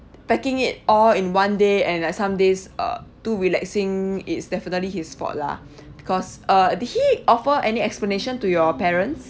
packing it all in one day and like some days uh too relaxing it's definitely his fault lah because uh did he offer any explanation to your parents